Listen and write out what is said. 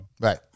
Right